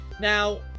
Now